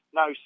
no